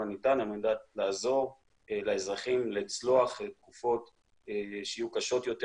הניתן על מנת לעזור לאזרחים לצלוח תקופות שבהמשך אולי יהיו קשות יותר,